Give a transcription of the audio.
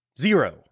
Zero